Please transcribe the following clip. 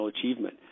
achievement